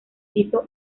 quiso